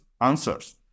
answers